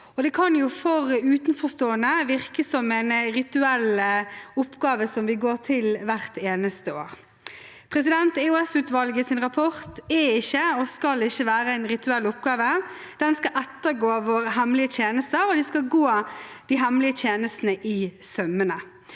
det kan for utenforstående virke som en rituell oppgave som vi går til hvert eneste år. EOS-utvalgets rapport er ikke og skal ikke være en rituell oppgave. Den skal ettergå våre hemmelige tjenester og gå de hemmelige tjenestene etter i sømmene.